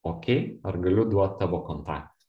okei ar galiu duot tavo kontaktą